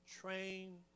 Train